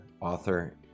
author